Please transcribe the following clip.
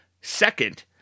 Second